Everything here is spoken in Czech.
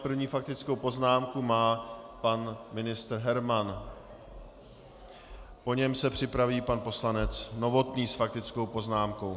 První faktickou poznámku má pan ministr Herman, po něm se připraví pan poslanec Novotný s faktickou poznámkou.